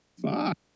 Fuck